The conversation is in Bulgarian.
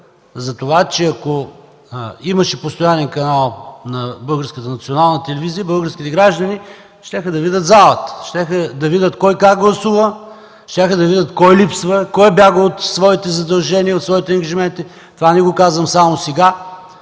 за това, че ако имаше постоянен канал на Българската национална телевизия, българските граждани щяха да видят залата, щяха да видят кой как гласува, кой липсва, кой бяга от своите задължения и ангажименти. Това не го казвам само сега.